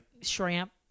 shrimp